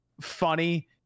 funny